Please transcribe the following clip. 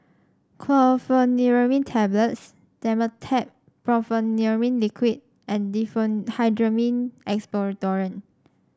Chlorpheniramine Tablets Dimetapp Brompheniramine Liquid and Diphenhydramine Expectorant